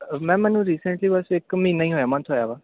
ਮੈਂ ਮੈਨੂੰ ਰੀਸਂਟ ਬਸ ਇੱਕ ਮਹੀਨਾ ਹੀ ਹੋਇਆ ਮੰਥ ਹੋਇਆ ਹਾਂਜੀ